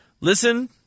listen